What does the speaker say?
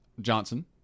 Johnson